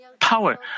power